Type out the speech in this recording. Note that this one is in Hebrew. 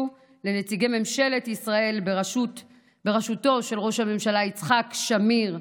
לנציגי ממשלת ישראל בראשותו של ראש הממשלה יצחק שמיר,